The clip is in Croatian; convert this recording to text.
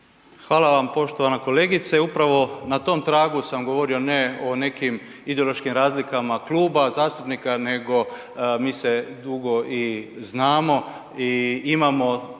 Hvala vam poštovana kolegice. Upravo na tom tragu sam govorio ne o nekim ideološkim razlikama kluba zastupnika nego mi se dugo i znamo i imamo